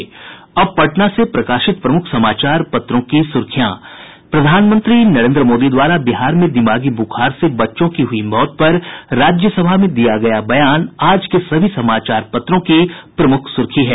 अब पटना से प्रकाशित प्रमुख समाचार पत्रों की सुर्खियां प्रधानमंत्री नरेन्द्र मोदी द्वारा बिहार में दिमागी बुखार से बच्चों की हुई मौत पर राज्यसभा में दिया गया बयान आज के सभी समाचार पत्रों की प्रमुख सुर्खी है